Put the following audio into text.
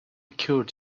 occurred